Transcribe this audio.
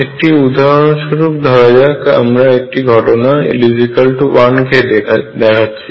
একটি উদাহরণ স্বরূপ ধরা যাক আমরা একটি ঘটনা l1 কে দেখাচ্ছি